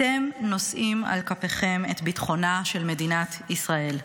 אתם נושאים על כפיכם את ביטחונה של מדינת ישראל.